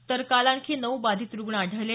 तर काल आणखी नऊ बाधित रुग्ण आढळले